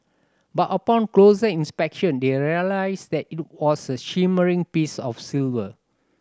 but upon closer inspection they are realised that it was a shimmering piece of silver